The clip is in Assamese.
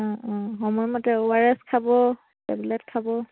অঁ অঁ সময়মতে অ' আৰ এছ খাব টেবলেট খাব